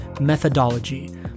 methodology